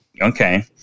okay